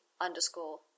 underscore